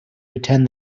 attend